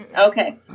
Okay